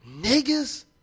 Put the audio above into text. niggas